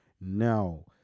now